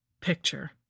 picture